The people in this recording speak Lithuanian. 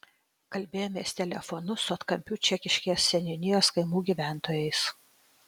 kalbėjomės telefonu su atkampių čekiškės seniūnijos kaimų gyventojais